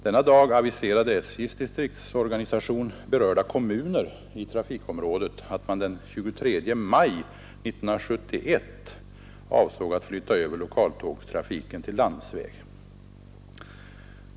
Den dagen aviserade SJ:s distriktsorganisation berörda kommuner i trafikområdet om att man avsåg att den 23 maj 1971 flytta över lokaltågstrafiken till landsväg.